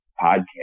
podcast